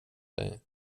dig